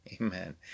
Amen